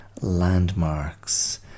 landmarks